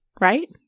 right